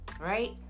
right